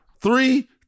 Three